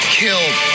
killed